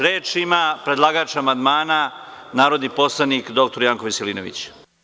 Reč ima predlagač amandmana narodni poslanik dr Janko Veselinović.